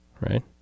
right